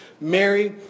Mary